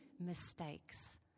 mistakes